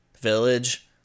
Village